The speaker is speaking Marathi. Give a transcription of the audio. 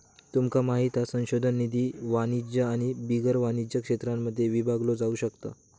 तुमका माहित हा संशोधन निधी वाणिज्य आणि बिगर वाणिज्य क्षेत्रांमध्ये विभागलो जाउ शकता